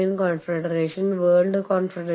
മറ്റ് രാജ്യങ്ങളിൽ നിന്ന് വരുന്ന ആളുകളുണ്ട്